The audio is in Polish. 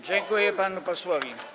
Dziękuję panu posłowi.